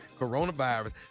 Coronavirus